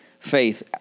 Faith